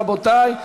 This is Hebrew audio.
רבותי,